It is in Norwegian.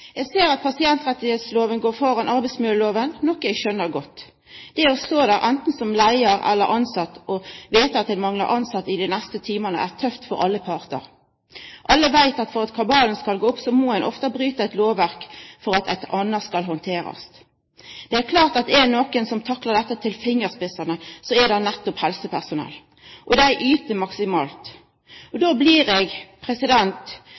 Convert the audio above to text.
Eg ser at pasientrettigheitslova går framfor arbeidsmiljølova, noko eg skjønar godt. Det å stå der anten som leiar eller tilsett og veta at ein manglar tilsette i dei neste timane, er tøft for alle partar. Alle veit at for at kabalen skal gå opp, må ein ofte bryta eit lovverk for at eit anna skal handterast. Det er klart at er det nokon som taklar dette til fingerspissane, er det nettopp helsepersonell – og dei yter maksimalt.